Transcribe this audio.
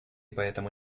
поэтому